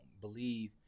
believe